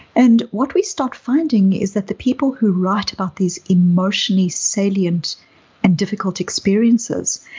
and what we start finding is that the people who write about these emotionally salient and difficult experiences,